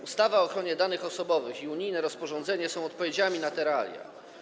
Ustawa o ochronie danych osobowych i unijne rozporządzenie są odpowiedziami na te realia.